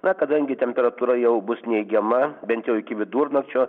na kadangi temperatūra jau bus neigiama bent jau iki vidurnakčio